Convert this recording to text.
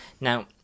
Now